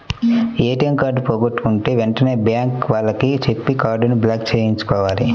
ATM card పోగొట్టుకుంటే వెంటనే bank వాళ్లకి చెప్పి కార్డుని బ్లాక్ చేయించుకోవాలి